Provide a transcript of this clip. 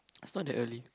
it's not that early